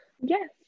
yes